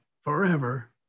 forever